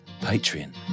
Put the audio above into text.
Patreon